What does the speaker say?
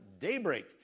daybreak